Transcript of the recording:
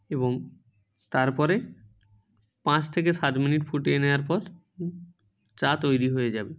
এবং তারপরে পাঁচ থেকে সাত মিনিট ফুটিয়ে নেওয়ার পর চা তৈরি হয়ে যাবে